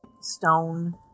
stone